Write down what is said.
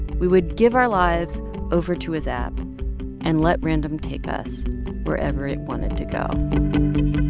we would give our lives over to his app and let random take us wherever it wanted to go